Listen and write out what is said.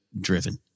driven